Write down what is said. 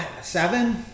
Seven